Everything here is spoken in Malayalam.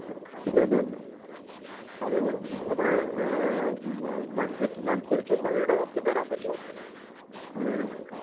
ഇല്ല ഇല്ല ഇല്ല അത് നിങ്ങളുടെ ബഡ്ജറ്റിന് അനുസരിച്ചുള്ള വീട് നമുക്ക് തരാൻ പറ്റുകയുള്ളൂ